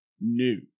new